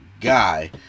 guy